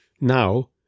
Now